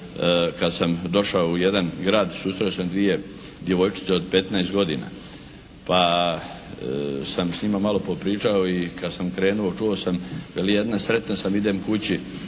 kada sam došao u jedan grad susreo sam dvije djevojčice od 15 godina, pa sam s njima malo popričao i kad sam krenuo čuo sam veli jedna sretna sam idem kući,